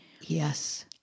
Yes